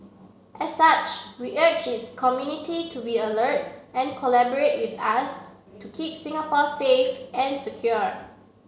as such we urge is community to be alert and collaborate with us to keep Singapore safe and secure